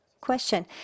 Question